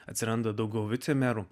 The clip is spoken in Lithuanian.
atsiranda daugiau vicemeru